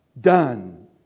Done